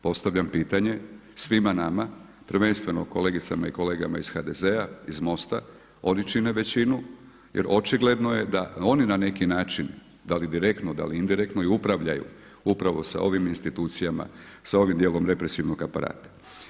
Postavljam pitanje svima nama, prvenstveno kolegicama i kolegama iz HDZ-a iz MOST-a oni čine većinu jer očigledno je da oni na neki način, da li direktno, da li indirektno i upravljaju upravo sa ovim institucijama, sa ovim dijelom represivnog aparata.